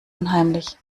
unheimlich